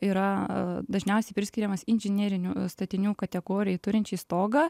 yra dažniausiai priskiriamas inžinerinių statinių kategorijai turinčiai stogą